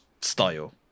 style